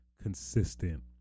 Consistent